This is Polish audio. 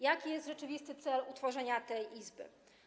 Jaki jest rzeczywisty cel utworzenia tej izby?